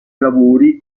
lavori